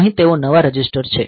અહીં તેઓ નવા રજીસ્ટર છે